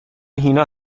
هینا